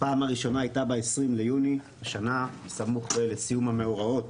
הפעם הראשונה הייתה ב-20 ליוני השנה בסמוך לסיום המאורעות